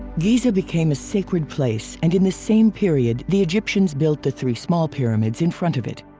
giza became a sacred place and in the same period the egyptians built the three small pyramids in front of it.